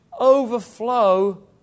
overflow